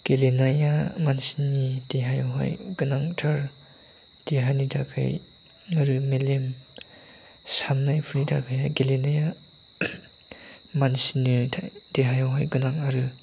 गेलेनाया मानसिनि देहायावहाय गोनांथार देहानि थाखाय आरो मेलेम साननायफोरनि थाखायहाय गेलेनाया मानसिनि देहायावहाय गोनां आरो